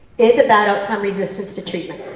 is a bad outcome resistance to treatment?